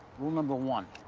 rule number one,